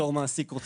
בתור מעסיק,